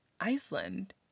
Iceland